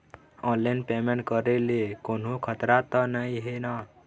Online payment करे ले कोन्हो खतरा त नई हे न?